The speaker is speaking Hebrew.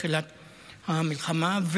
תחילת המלחמה.